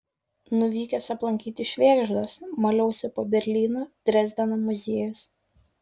nuvykęs aplankyti švėgždos maliausi po berlyno drezdeno muziejus